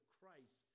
Christ